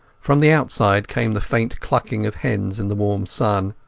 from the outside came the faint clucking of hens in the warm sun.